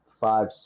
five